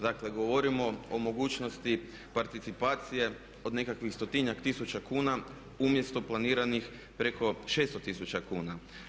Dakle govorimo o mogućnosti participacije od nekakvih 100-tinjak tisuća kuna umjesto planiranih preko 600 tisuća kuna.